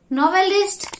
novelist